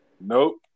Nope